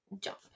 jump